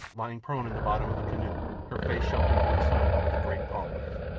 lying prone in the bottom of the canoe, her face sheltered from the sun with a great palm leaf.